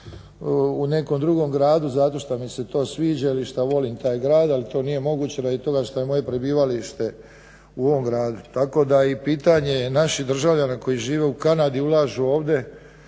u nekom drugom gradu zato što mi se to sviđa ili što volim taj grad ali to nije moguće radi toga što je moje prebivalište u ovom gradu. Tako da i pitanje naših državljana koji žive u Kanadi, ulažu ovdje,